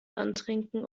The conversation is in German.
antrinken